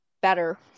better